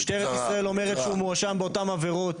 משטרת ישראל אומרת שהוא מואשם באותם עבירות,